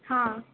हां